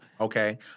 Okay